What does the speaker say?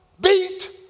beat